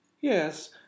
Yes